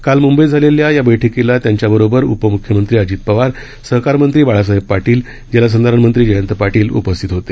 काल मुंबईत झालेल्या या बैठकीला त्यांच्याबरोबर उपमूख्यमंत्री अजित पवार सहकार मंत्री बाळासाहेब पाटील जलसंधारण मंत्री जयंत पाटील उपस्थित होते